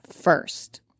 first